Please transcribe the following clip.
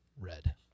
Red